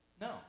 No